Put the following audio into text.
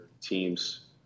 teams